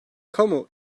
kamu